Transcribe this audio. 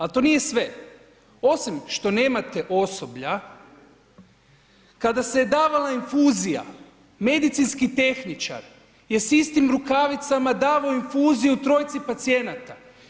A to nije sve, osim što nemate osoblja, kada se je davala infuzija, medicinski tehničar je s istim rukavicama davao infuziju trojici pacijenata.